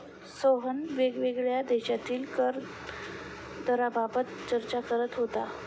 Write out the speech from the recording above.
सोहन वेगवेगळ्या देशांतील कर दराबाबत चर्चा करत होता